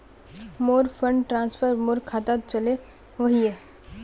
मोर fund transfer मोर खातात चले वहिये